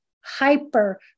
Hyper